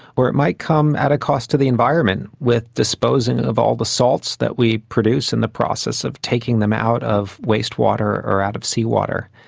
or it might come at a cost to the environment with disposing of all the salts that we produce and the process of taking them out of waste water or out of seawater.